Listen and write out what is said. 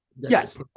Yes